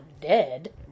dead